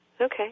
Okay